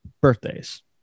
birthdays